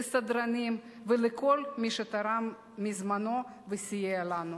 לסדרנים ולכל מי שתרם מזמנו וסייע לנו.